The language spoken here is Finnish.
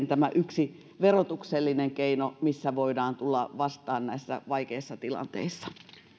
tämä yksi verotuksellinen keino millä voidaan tulla vastaan näissä vaikeissa tilanteissa